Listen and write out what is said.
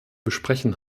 besprechen